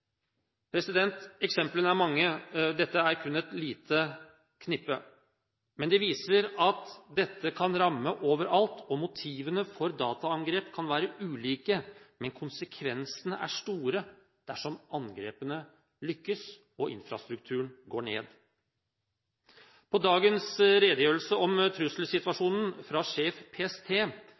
Eksemplene er mange – dette er kun et lite knippe – men de viser at dette kan ramme overalt. Motivene for dataangrep kan være ulike, men konsekvensene er store dersom angrepene lykkes og infrastrukturen går ned. I dagens redegjørelse om